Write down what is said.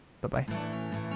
Bye-bye